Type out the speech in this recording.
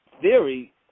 theory